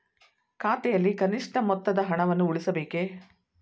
ಖಾತೆಯಲ್ಲಿ ಕನಿಷ್ಠ ಮೊತ್ತದ ಹಣವನ್ನು ಉಳಿಸಬೇಕೇ?